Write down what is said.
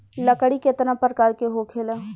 लकड़ी केतना परकार के होखेला